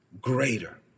greater